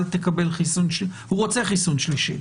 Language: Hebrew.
אל תקבל חיסון הוא רוצה חיסון שלישי,